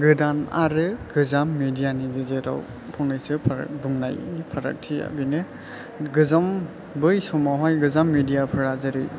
गोदान आरो गोजाम मेदियानि गेजेराव फंनैसो बुंनाय फारागथिया बेनो गोजाम बै समावहाय गोजाम मेदियाफोरा जेरै